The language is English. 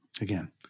Again